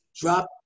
drop